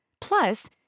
Plus